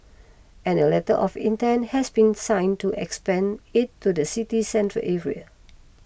and a letter of intent has been sign to expand it to the city's central area